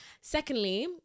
Secondly